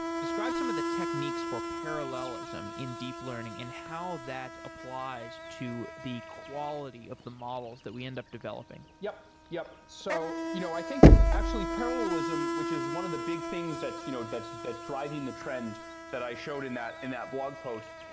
describe some of the techniques for parallelism in deep learning and how that applies to the quality of the models that we end up developing yup. yup. so you know i think actually parallelism, which is one of the big things that's you know that's that's driving the trend that i showed in that in that blog post,